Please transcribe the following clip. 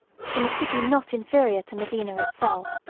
in a city not inferior to medina itself,